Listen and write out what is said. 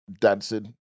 dancing